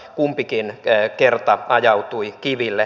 kumpikin kerta ajautui kiville